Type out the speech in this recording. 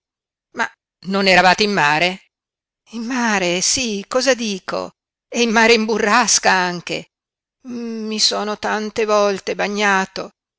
ma non eravate in mare in mare sí cosa dico e in mare in burrasca anche i sono tante volte bagnato